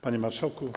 Panie Marszałku!